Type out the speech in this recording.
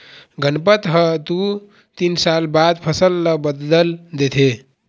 गनपत ह दू तीन साल बाद फसल ल बदल देथे